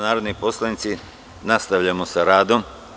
narodni poslanici, nastavljamo sa radom.